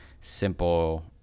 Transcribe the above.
simple